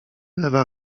lewa